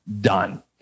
done